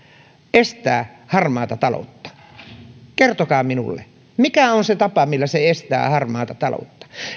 estää harmaata taloutta kertokaa minulle mikä on se tapa millä se estää harmaata taloutta